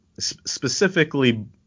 specifically